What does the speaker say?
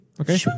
Okay